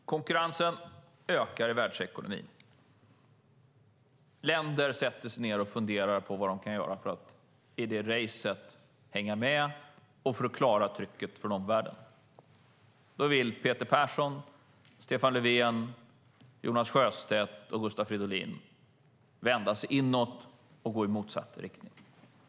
Herr talman! Konkurrensen ökar i världsekonomin, och länder sätter sig ned och funderar på vad de kan göra för att hänga med i detta race och klara trycket från omvärlden. Då vill Peter Persson, Stefan Löfven, Jonas Sjöstedt och Gustav Fridolin vända sig inåt och gå i motsatt riktning.